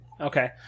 Okay